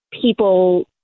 People